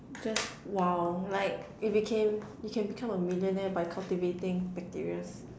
just !wow! like if you can you can become a millionaire by cultivating bacteria